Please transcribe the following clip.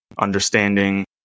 understanding